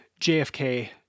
JFK